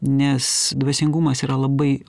nes dvasingumas yra labai